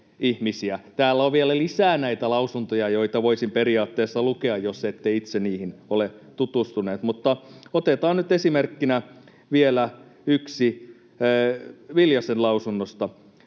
Täällä on vielä lisää näitä lausuntoja, joita voisin periaatteessa lukea, jos ette itse niihin ole tutustuneet. Mutta otetaan nyt esimerkkinä vielä yksi Viljasen lausunnosta: